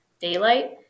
daylight